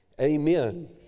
Amen